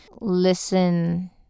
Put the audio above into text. listen